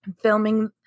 filming